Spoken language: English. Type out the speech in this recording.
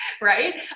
right